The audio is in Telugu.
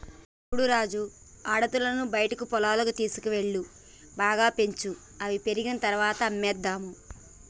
చూడు రాజు ఆడదూడలను బయట పొలాల్లోకి తీసుకువెళ్లాలి బాగా పెంచు అవి పెరిగిన తర్వాత అమ్మేసేద్దాము